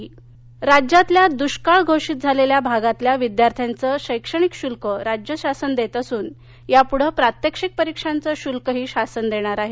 विधानसभा राज्यातल्या दुष्काळ घोषित झालेल्या भागातल्या विद्यार्थ्यांचं शैक्षणिक शुल्क राज्य शासन देत असून यापुढे प्रात्यक्षिक परीक्षांचं शुल्कही शासन देणार आहे